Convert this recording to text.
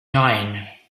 nine